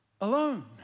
alone